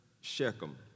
Shechem